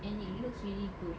and it looks really good